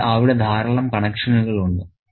അതിനാൽ അവിടെ ധാരാളം കണക്ഷനുകൾ ഉണ്ട്